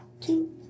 Two